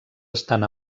estan